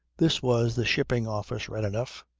this was the shipping office right enough.